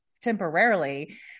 temporarily